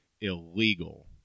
illegal